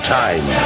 time